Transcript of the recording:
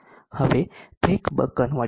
હવે તે buck converter છે